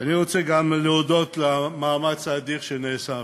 אני רוצה גם להודות על המאמץ האדיר שנעשה,